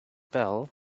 bell